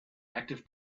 active